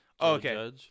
okay